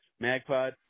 MagPod